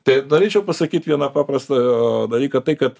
tai norėčiau pasakyt vieną paprastą dalyką tai kad